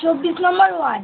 Chabbish number word